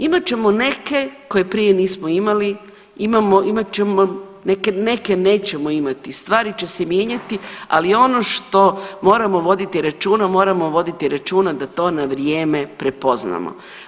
Imat ćemo neke koje prije nismo imali, imamo, imat ćemo neke, neke nećemo imati, stvari će se mijenjati ali ono što moramo voditi računa, moramo voditi računa da to na vrijeme prepoznamo.